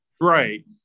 Right